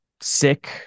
sick